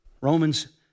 Romans